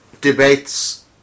debates